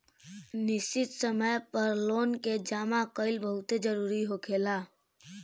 निश्चित समय पर लोन के जामा कईल बहुते जरूरी होखेला